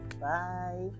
Bye